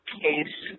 case